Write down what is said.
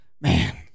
man